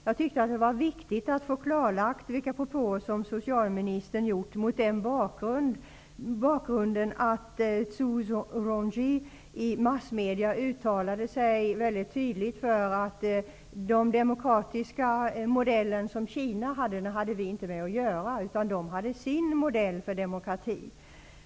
Jag tycker att det var viktigt att få klarlagt vilka propåer som socialministern gjorde mot bakgrund av att Zhu Rongji i massmedia uttalade sig väldigt tydligt att vi i Sverige inte hade någonting att göra med den kinesiska modellen för demokrati, utan man har där sin modell för demokrati.